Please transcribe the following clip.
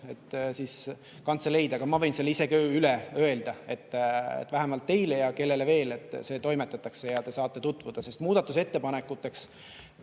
et kantseleid. Aga ma võin seda ise ka üle öelda, et vähemalt teile ja kellele veel see toimetatakse ja te saate tutvuda. Sest muudatusettepanekuteks,